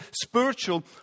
spiritual